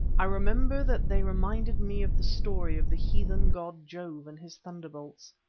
i remember that they reminded me of the story of the heathen god jove and his thunderbolts.